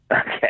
Okay